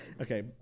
Okay